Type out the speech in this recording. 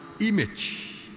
image